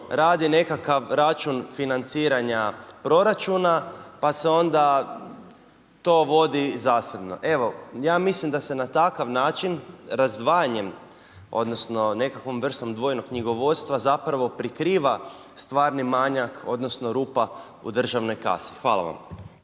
radi nekakav račun financiranja proračuna pa se onda to vodi zasebno. Evo ja mislim da se na takav način razdvajanjem odnosno nekakvom vrstom dvojnog knjigovodstva zapravo prikriva stvarni manjak odnosno rupa u državnoj kasi. Hvala vam.